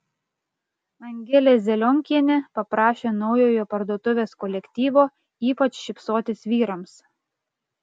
angelė zelionkienė paprašė naujojo parduotuvės kolektyvo ypač šypsotis vyrams